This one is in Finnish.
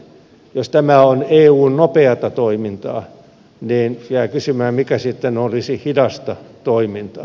jos tämä on eun nopeata toimintaa niin jää kysymys mikä sitten olisi hidasta toimintaa